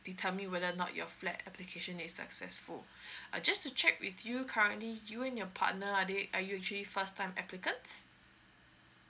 determine whether not your flat application is successful uh just to check with you currently you and your partner are they are you actually first time applicants